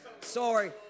Sorry